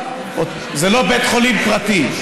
זה לא בית חולים פרטי.